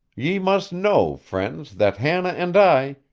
ye must know, friends, that hannah and i,